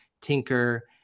tinker